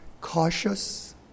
cautious